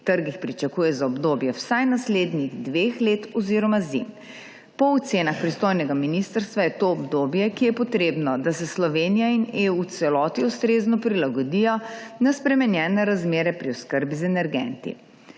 trgih pričakuje za obdobje vsaj naslednjih dveh let oziroma zim. Po ocenah pristojnega ministrstva je to obdobje, ki je potrebno, da se Slovenija in EU v celoti ustrezno prilagodijo na spremenjene razmere pri oskrbi z energenti.